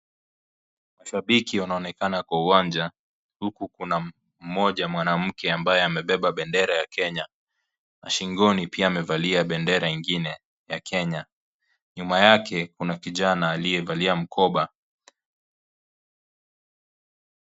Mashabiki wanaonekana kwa uwanja huku kuna mmoja mwanamke ambaye amebeba bendera ya Kenya, na shingoni pia amevalia bendera ingine ya Kenya. Nyuma yake kuna kijana aliyevalia mkoba.